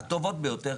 הטובות ביותר,